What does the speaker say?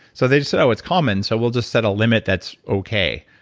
so they said, oh, it's common, so we'll just set a limit that's okay.